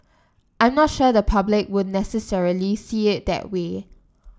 I'm not sure the public would necessarily see it that way